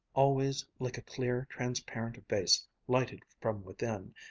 always like a clear, transparent vase lighted from within,